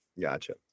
Gotcha